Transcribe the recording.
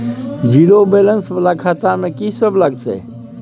Zero balance वाला खाता में की सब लगतै?